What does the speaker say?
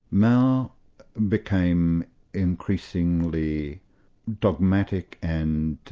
mao became increasingly dogmatic and